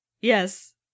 Yes